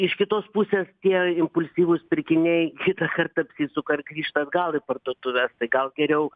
iš kitos pusės tie impulsyvūs pirkiniai kitąkart apsisuka ir grįžta atgal į parduotuves tai gal geriau